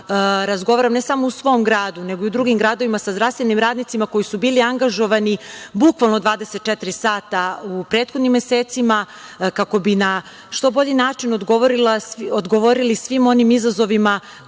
razgovaram, ne samo u svom gradu, nego i u drugim gradovima sa zdravstvenim radnicima koji su bili angažovani bukvalno 24 sata u prethodnim mesecima kako bi na što bolji način odgovorili svim onim izazovima